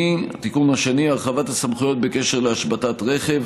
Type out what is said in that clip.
התיקון השני, הרחבת הסמכויות בקשר להשבתת רכב.